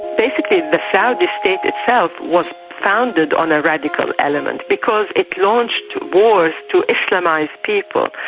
basically the saudi state itself was founded on a radical element because it launched wars to islamise people.